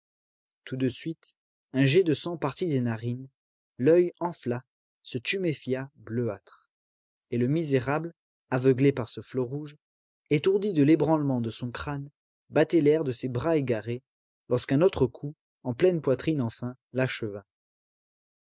tout de suite un jet de sang partit des narines l'oeil enfla se tuméfia bleuâtre et le misérable aveuglé par ce flot rouge étourdi de l'ébranlement de son crâne battait l'air de ses bras égarés lorsqu'un autre coup en pleine poitrine enfin